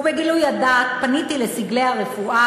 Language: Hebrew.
ובגילוי הדעת פניתי לסגלי הרפואה